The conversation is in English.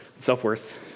self-worth